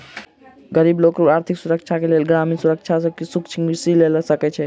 गरीब लोक आर्थिक सहायताक लेल ग्रामीण बैंक सॅ सूक्ष्म ऋण लय सकै छै